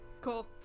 Cool